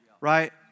Right